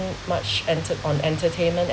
much entert~ on entertainment